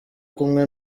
kumwe